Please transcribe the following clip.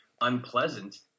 unpleasant